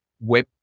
web